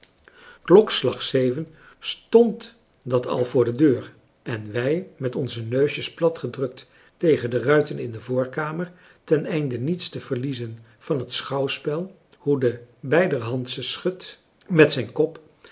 klokslag zeven stond dat al voor de deur en wij met onze neusjes platgedrukt tegen de ruiten in de voorkamer ten einde niets te verliezen van het schouwspel hoe de bijderhandsche schudt met zijn kop